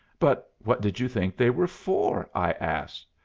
but what did you think they were for? i asked.